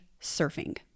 surfing